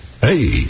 Hey